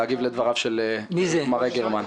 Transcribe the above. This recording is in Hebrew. להגיב לדבריו של מר רגרמן.